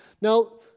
Now